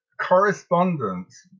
correspondence